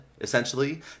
essentially